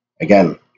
again